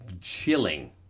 chilling